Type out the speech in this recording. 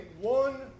one